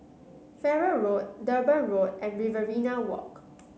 Farrer Road Durban Road and Riverina Walk